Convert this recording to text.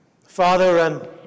Father